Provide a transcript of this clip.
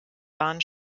waren